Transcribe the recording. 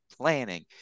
planning